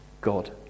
God